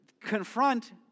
confront